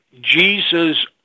Jesus